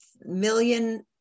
million